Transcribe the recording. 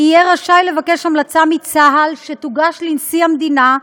יהיה רשאי לבקש המלצה מצה"ל, שתוגש לנשיא המדינה,